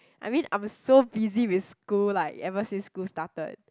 I mean I'm so busy with school like ever since school started